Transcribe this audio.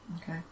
okay